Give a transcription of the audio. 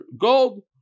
gold